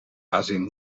bazin